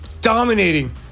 dominating